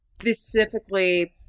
specifically